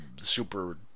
super